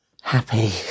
happy